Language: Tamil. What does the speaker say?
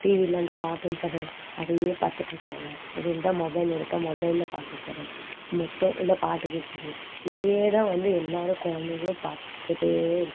டிவியில் அந்த கார்ட்டூன் சேனல் அதையே பார்த்துட்டு இருக்காங்க அப்படி இல்லைட்டா மொபைல் எடுத்தால் மொபைலில் கார்ட்டூன் சேனல் மொத்தம் இல்லை பாட்டு கேட்குறது இதையே தான் வந்து எல்லோரும் குழந்தைங்களும் பார்த்துக்கிட்டே